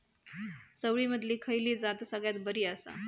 चवळीमधली खयली जात सगळ्यात बरी आसा?